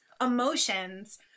emotions